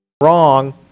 wrong